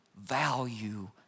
value